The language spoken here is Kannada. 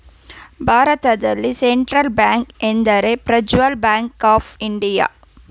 ಭಾರತದಲ್ಲಿ ಸೆಂಟ್ರಲ್ ಬ್ಯಾಂಕ್ ಎಂದರೆ ಪ್ರಜ್ವಲ್ ಬ್ಯಾಂಕ್ ಆಫ್ ಇಂಡಿಯಾ